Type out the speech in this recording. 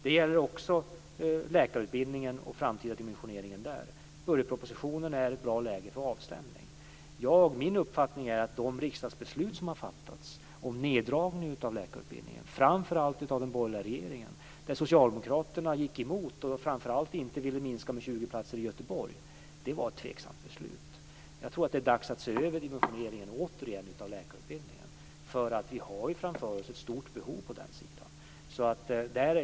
Det gäller också läkarutbildningen och dess framtida dimensionering. Budgetpropositionen är ett bra medel för avstämning. Min uppfattning är att det riksdagsbeslut som har fattats om neddragningen av läkarutbildningen framför allt av den borgerliga regeringen - och där socialdemokraterna gick emot och inte ville minska med 20 platser i Göteborg - var ett tveksamt beslut. Det är nu dags att återigen se över dimensioneringen av läkarutbildningen. Där kommer det att finnas ett stort behov framöver.